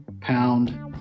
pound